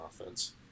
offense